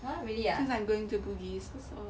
since I'm going to bugis